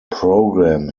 program